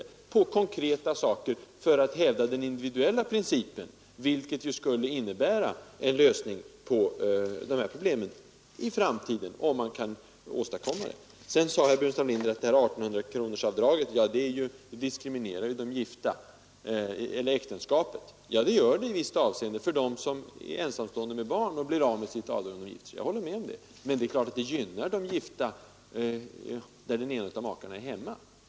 Det gällde konkreta uppslag för att hävda den individuella principen, vilket skulle innebära en lösning på de här problemen i framtiden. Herr Burenstam Linder sade vidare att I 800-kronorsavdraget diskriminerar äktenskapet. Ja, det gör det för dem som är ensamstående med barn och blir av med sitt avdrag när de gifter sig. Jag håller med om det. Men det är klart att det gynnar de gifta när den ena av makarna är hemma.